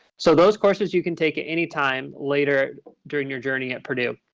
so those courses you can take at any time later during your journey at purdue.